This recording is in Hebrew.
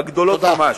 בגדולות ממש.